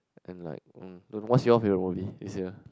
and like uh don't know what's your favourite movie this year